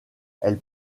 elle